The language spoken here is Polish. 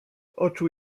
oczu